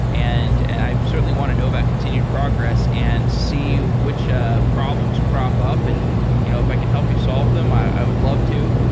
and and i certainly want to know about continued progress and see which ah problems crop up, and you know if i can help you solve them, i would love to.